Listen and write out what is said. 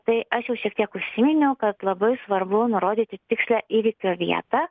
tai aš jau šiek tiek užsiminiau kad labai svarbu nurodyti tikslią įvykio vietą